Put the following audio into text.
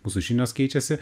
mūsų žinios keičiasi